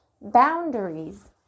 boundaries